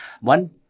One